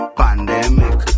pandemic